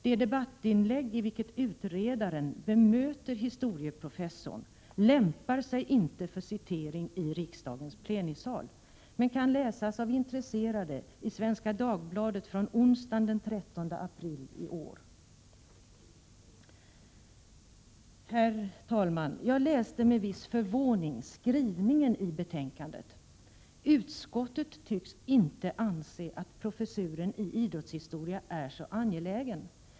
Det debattinlägg i vilket utredaren bemöter historieprofessorn lämpar sig inte för citering i riksdagens plenisal, men det kan läsas av intresserade i Svenska Dagbladet från onsdagen den 13 april i år. Herr talman! Jag läste med viss förvåning skrivningen i betänkandet. Utskottet tycks inte anse att professuren i idrottshistoria är så angelägen.